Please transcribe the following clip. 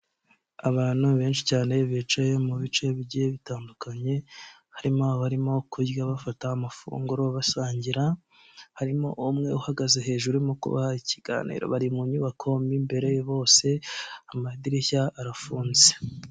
Abantu benshi cyane bicaye mu bice bigiye bitandukanye, harimo abarimo kurya bafata amafunguro basangira, harimo umwe uhagaze hejuru urimo kubaha ikiganiro, bari mu nyubako mo imbere bose amadirishya arafunze.